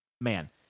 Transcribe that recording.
man